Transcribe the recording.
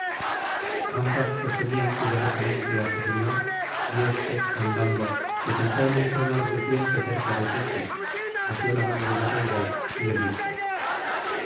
ambas sostenían cuidadosamente á su señor y éste andando se sentó en un trono reluciente cerca de tetis asió la mano de la deidad y le dijo